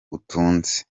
utunze